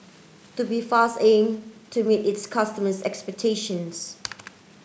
Tubifast aim to meet its customers' expectations